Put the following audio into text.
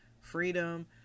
freedom